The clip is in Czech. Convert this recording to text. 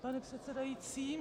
Pane předsedající...